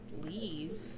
leave